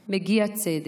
מגיע צדק.